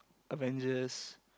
Avengers